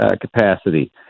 capacity